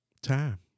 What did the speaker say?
time